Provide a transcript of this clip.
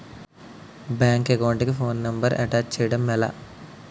Bank account కి phone number attach చేయడం ఎలా?